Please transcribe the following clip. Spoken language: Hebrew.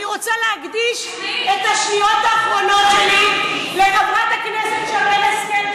אני רוצה להקדיש את השניות האחרונות שלי לחברת הכנסת שרן השכל,